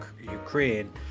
Ukraine